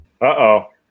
Uh-oh